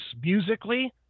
musically